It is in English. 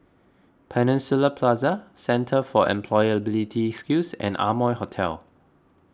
Peninsula Plaza Centre for Employability Skills and Amoy Hotel